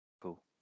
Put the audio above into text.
cool